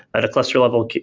at a cluster level,